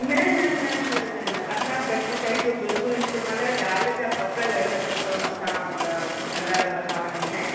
न न न न न न असां पेस्टिसाइड जो बिल्कुलु इस्तेमालु डाल जा पकल हिकदमि असां फल असां वटि ईंदा आहिनि